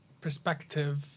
perspective